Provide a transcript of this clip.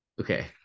okay